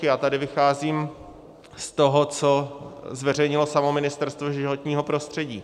A tady vycházím z toho, co zveřejnilo samo Ministerstvo životního prostředí.